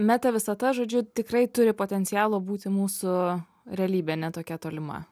metavisata žodžiu tikrai turi potencialo būti mūsų realybe ne tokia tolima